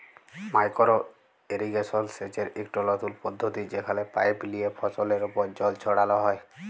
micro irrigation সেচের ইকট লতুল পদ্ধতি যেখালে পাইপ লিয়ে ফসলের উপর জল ছড়াল হ্যয়